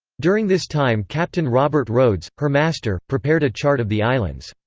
during this time captain robert rhodes, her master, prepared a chart of the islands.